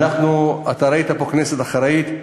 אתה ראית פה כנסת אחראית,